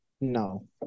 No